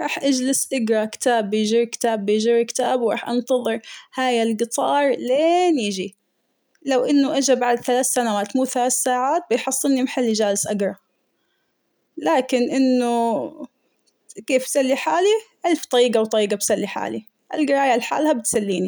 راح أجلس اقرا كتاب بيجر كتاب بيجر كتاب وراح أنتظر هاي القطار لين يجي ،لو إنه اجا بعد ثلاث سنوات مو ثلاث ساعات بيحصل محل جالس أقرا، لكن إنه كيف سلي حالي ألف طريقة وطريقة بسلي حالي القراية لحالها بتسليني.